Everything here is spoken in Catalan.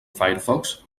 firefox